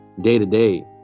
day-to-day